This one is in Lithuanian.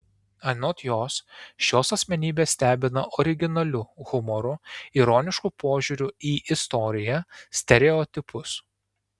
anot jos šios asmenybės stebina originaliu humoru ironišku požiūriu į istoriją stereotipus